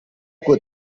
gut